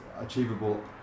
achievable